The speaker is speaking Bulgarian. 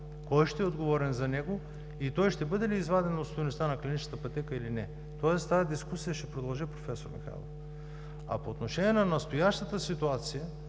кой ще е отговорен за него и той ще бъде ли изваден от стойността на клиничната пътека, или не, тази дискусия ще продължи, проф. Михайлов. А по отношение на настоящата ситуация,